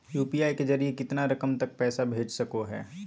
UPI के जरिए कितना रकम तक पैसा भेज सको है?